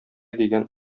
дигән